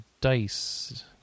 Dice